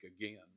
again